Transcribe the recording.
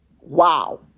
Wow